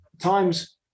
time's